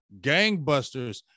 gangbusters